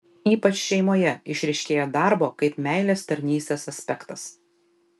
ypač šeimoje išryškėja darbo kaip meilės tarnystės aspektas